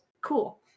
Cool